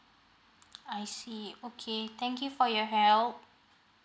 I see okay thank you for your help